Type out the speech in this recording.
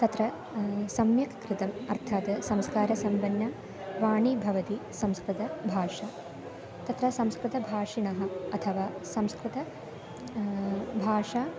तत्र सम्यक् कृतम् अर्थात् संस्कारसम्पन्नवाणी भवति संस्कृतभाषा तत्र संस्कृतभाषिणः अथवा संस्कृतं भाषा